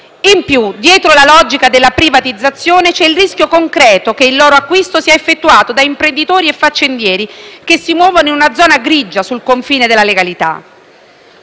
In più, dietro la logica della privatizzazione, c'è il rischio concreto che il loro acquisto sia effettuato da imprenditori e faccendieri che si muovono in una zona grigia sul confine della legalità.